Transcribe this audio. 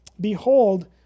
behold